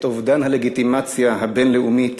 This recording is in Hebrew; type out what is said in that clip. את אובדן הלגיטימציה הבין-לאומית